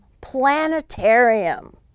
planetarium